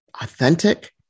authentic